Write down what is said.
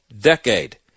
decade